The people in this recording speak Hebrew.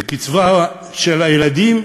והקצבה של הילדים,